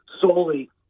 solely